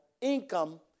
income